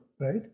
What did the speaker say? right